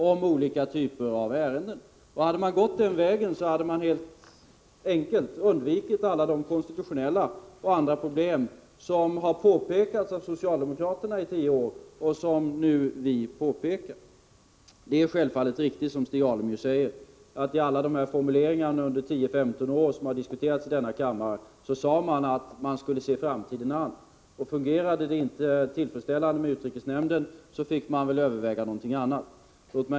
Om man hade gått den vägen hade man helt enkelt undvikit alla de konstitutionella och andra problem som har påpekats av socialdemokraterna i tio år och som vi nu påpekar. Det är självfallet riktigt som Stig Alemyr säger, att det bland alla de formuleringar som har använts i riksdagens kammare under 10-15 år i denna fråga har sagts att man skulle se framtiden an. Om det inte fungerar tillfredsställande med utrikesnämnden skulle man överväga någonting annat.